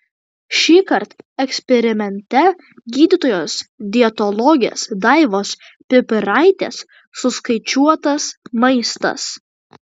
šįkart eksperimente gydytojos dietologės daivos pipiraitės suskaičiuotas maistas